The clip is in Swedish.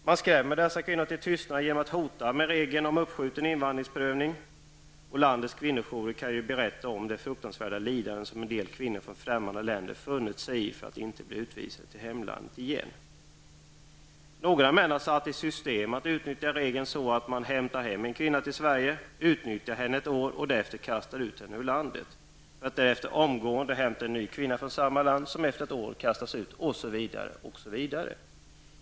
De skrämmer dessa kvinnor till tystnad genom att hota med regeln om uppskjuten invandringsprövning, och landets kvinnojourer kan berätta om det, fruktansvärda lidanden som en del kvinnor från främmande länder funnit sig i för att inte bli utvisade till hemlandet igen. Några män har satt i system att utnyttja regeln så att de hämtar hem en kvinna till Sverige, utnyttjar henne ett år och därefter kastar ut henne ur landet. Därefter hämtar de omgående en ny kvinna från samma land, som efter ett år kastas ut, osv.